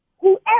Whoever